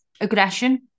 aggression